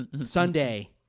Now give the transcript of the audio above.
Sunday